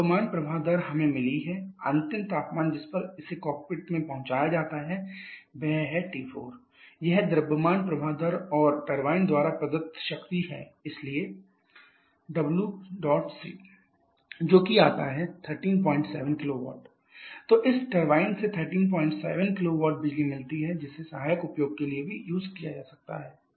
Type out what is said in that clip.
द्रव्यमान प्रवाह दर हमें मिली है अंतिम तापमान जिस पर इसे कॉकपिट में पहुंचाया जाता है वह है T4 यह द्रव्यमान प्रवाह दर और टरबाइन द्वारा प्रदत्त शक्ति है इसलिए WCm cp जो कि आता है 137 kW तो इस टरबाइन से 137 किलोवाट बिजली मिलती है जिसे सहायक उपयोग के लिए भी इस्तेमाल किया जा सकता है